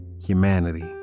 humanity